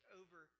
over